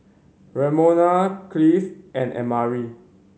Ramona Cleave and Amari